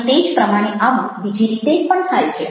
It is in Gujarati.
અને તે જ પ્રમાણે આવું બીજી રીતે પણ થાય છે